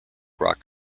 rock